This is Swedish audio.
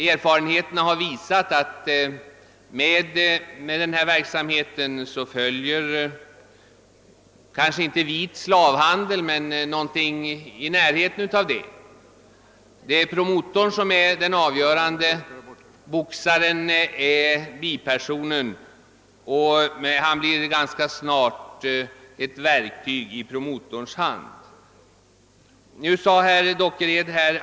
Erfarenheterna har visat att med denna verksamhet följer kanske inte vit slavhandel men någonting i närheten därav. Promotorn är den avgörande, boxaren är bipersonen och han blir ganska snart ett verktyg i promotorns hand.